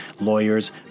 lawyers